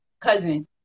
cousin